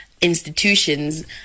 institutions